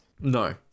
No